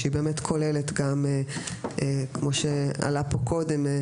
היא כמו שעלה כאן קודם,